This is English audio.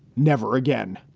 never again.